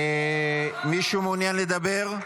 מישהו מעוניין לדבר?